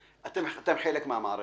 אתם חלק מן המערכת.